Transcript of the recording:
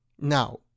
Now